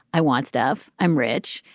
i want stuff, i'm rich,